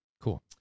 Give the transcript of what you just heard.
Cool